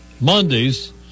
Mondays